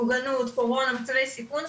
מוגנות ומצבי סיכון,